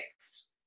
next